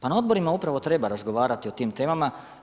Pa na odborima upravo treba razgovarati o tim temama.